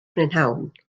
prynhawn